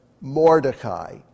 Mordecai